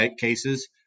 cases